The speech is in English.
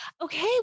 Okay